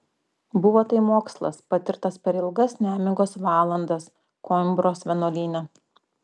buvo tai mokslas patirtas per ilgas nemigos valandas koimbros vienuolyne